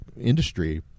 industry